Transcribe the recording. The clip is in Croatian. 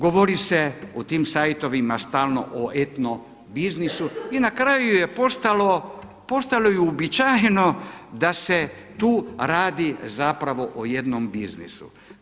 Govori se na tim sajtovima stalno o etno-biznisu i na kraju je postalo uobičajeno da se tu radi zapravo o jednom biznisu.